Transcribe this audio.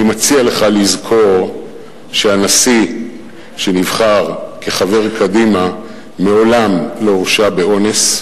אני מציע לך לזכור שהנשיא שנבחר כחבר קדימה מעולם לא הורשע באונס,